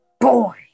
Boy